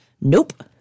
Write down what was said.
Nope